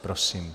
Prosím.